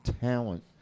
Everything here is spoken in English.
talent